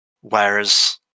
Whereas